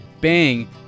Bang